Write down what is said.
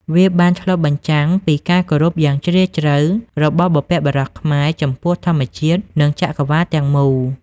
វាបានឆ្លុះបញ្ចាំងពីការគោរពយ៉ាងជ្រាលជ្រៅរបស់បុព្វបុរសខ្មែរចំពោះធម្មជាតិនិងចក្រវាឡទាំងមូល។